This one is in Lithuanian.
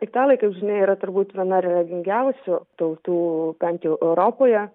italai kaip žinia yra turbūt viena religingiausių tautų bent jau europoje